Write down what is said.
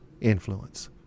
influence